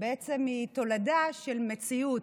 בעצם היא תולדה של מציאות.